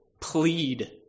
plead